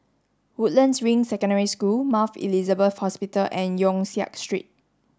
Woodlands Ring Secondary School Mount Elizabeth Hospital and Yong Siak Street